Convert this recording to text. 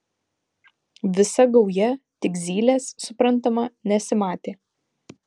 visa gauja tik zylės suprantama nesimatė